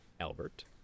Albert